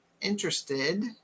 interested